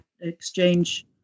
exchange